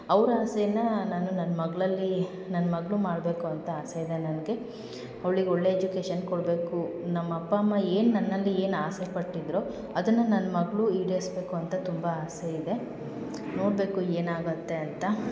ಅವ್ರ ಆಸೆನ ನಾನು ನನ್ನ ಮಗಳಲ್ಲಿ ನನ್ನ ಮಗಳು ಮಾಡಬೇಕು ಅಂತ ಆಸೆ ಇದೆ ನನಗೆ ಅವ್ಳಿಗೆ ಒಳ್ಳೆಯ ಎಜುಕೇಷನ್ ಕೊಡಬೇಕು ನಮ್ಮ ಅಪ್ಪ ಅಮ್ಮ ಏನು ನನ್ನಲ್ಲಿ ಏನು ಆಸೆ ಪಟ್ಟಿದ್ದರೋ ಅದನ್ನು ನನ್ನ ಮಗಳು ಈಡೇರಿಸ್ಬೇಕು ಅಂತ ತುಂಬ ಆಸೆ ಇದೆ ನೋಡಬೇಕು ಏನು ಆಗುತ್ತೆ ಅಂತ